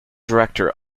director